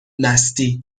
مستی